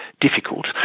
difficult